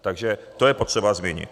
Takže to je potřeba zmínit.